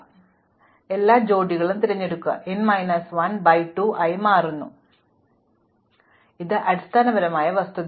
അതിനാൽ നിങ്ങൾ എല്ലാ ജോഡികളും തിരഞ്ഞെടുക്കുക തുടർന്ന് ഇത് n മൈനസ് 1 ബൈ 2 ആയി മാറുന്നു അതിനാൽ ഇതാണ് അടിസ്ഥാനപരമായ പൊതുവായ വസ്തുത